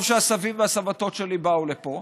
טוב שהסבים והסבתות שלי באו לפה.